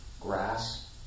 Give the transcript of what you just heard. Grass